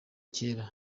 kera